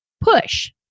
push